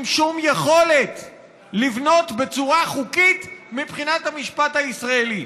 שום יכולת לבנות בצורה חוקית מבחינת המשפט הישראלי.